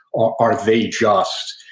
are are they just?